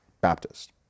Baptist